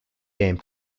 game